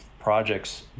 projects